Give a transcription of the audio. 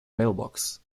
mailbox